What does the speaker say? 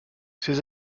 ses